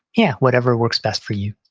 yeah, whatever works best for you